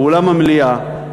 באולם המליאה,